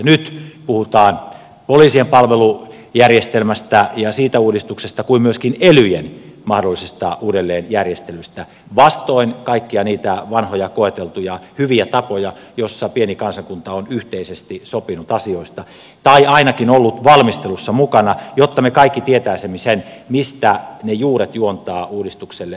nyt puhutaan poliisien palvelujärjestelmästä ja siitä uudistuksesta kuin myöskin elyjen mahdollisesta uudelleenjärjestelystä vastoin kaikkia niitä vanhoja koeteltuja hyviä tapoja joissa pieni kansakunta on yhteisesti sopinut asioista tai ainakin ollut valmistelussa mukana jotta me kaikki tietäisimme sen mistä ne juuret uudistukselle juontavat